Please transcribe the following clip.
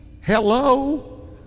Hello